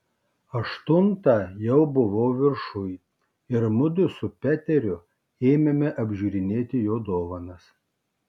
aštuntą jau buvau viršuj ir mudu su peteriu ėmėme apžiūrinėti jo dovanas